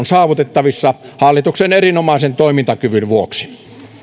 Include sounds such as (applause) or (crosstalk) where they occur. (unintelligible) saavutettavissa hallituksen erinomaisen toimintakyvyn vuoksi